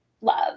love